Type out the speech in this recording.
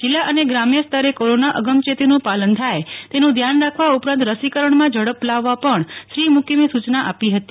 જિલ્લા અને ગ્રામ્યસ્તરે કોરોના અગમયેતીનું પાલન થાય તેનું ધ્યાન રાખવા ઉપરાંત રસીકરણ માં ઝડપ લાવવા પણ શ્રી મૂકીમે સૂચના આપી હતી